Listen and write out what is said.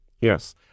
Yes